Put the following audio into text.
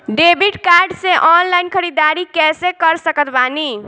Debit card से online ख़रीदारी कैसे कर सकत बानी?